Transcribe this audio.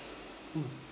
mm